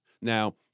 Now